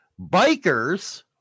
bikers